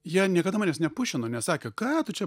jie niekada manęs nepušino nesakė ką tu čia